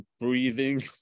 breathing